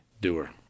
Doer